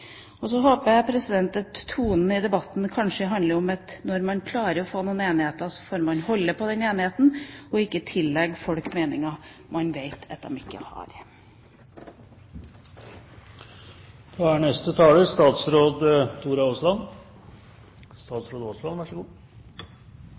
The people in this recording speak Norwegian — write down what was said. Så håper jeg at tonen i debatten handler om at når man klarer å få til enighet, får man holde på enigheten og ikke tillegge folk meninger man vet de ikke har.